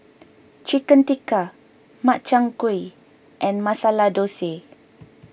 Chicken Tikka Makchang Gui and Masala Dosa